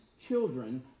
children